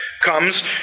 comes